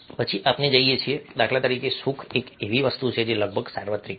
પછી આપણે જોઈએ છીએ કે દાખલા તરીકે સુખ એવી વસ્તુ છે જે લગભગ સાર્વત્રિક છે